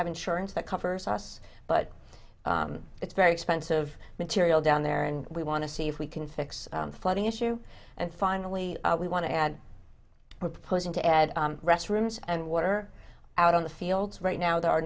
have insurance that covers us but it's very expensive material down there and we want to see if we can fix the flooding issue and finally we want to add we're proposing to add restrooms and water out on the fields right now there are